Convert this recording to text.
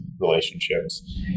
relationships